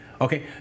Okay